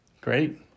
Great